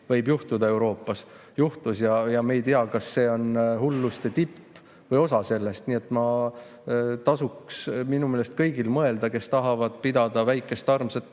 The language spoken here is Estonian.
võib Euroopas juhtuda. Juhtus. Ja me ei tea, kas see on hulluste tipp või osa sellest. Nii et tasuks minu meelest kõigil, kes tahavad pidada väikest armsat